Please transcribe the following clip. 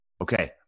Okay